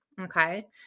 okay